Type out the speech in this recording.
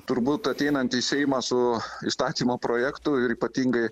turbūt ateinant į seimą su įstatymo projektu ir ypatingai